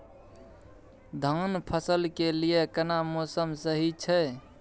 धान फसल के लिये केना मौसम सही छै?